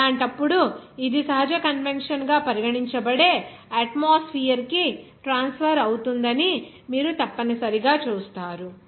అలాంటప్పుడు ఇది సహజ కన్వెక్షన్ గా పరిగణించబడే అట్మోస్ఫియర్ కి ట్రాన్స్ఫర్ అవుతుందని మీరు తప్పనిసరిగా చూస్తారు